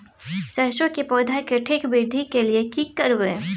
सरसो के पौधा के ठीक वृद्धि के लिये की करबै?